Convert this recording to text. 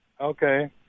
Okay